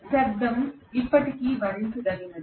శబ్దం ఇప్పటికీ భరించదగినది